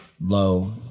low